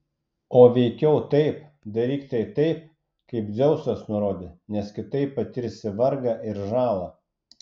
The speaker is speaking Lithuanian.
o veikiau taip daryk tai taip kaip dzeusas nurodė nes kitaip patirsi vargą ir žalą